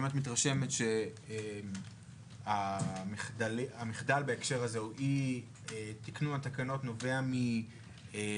האם את מתרשמת שהמחדל בהקשר הזה או אי תיקנון התקנות נובע מעומס,